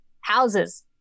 houses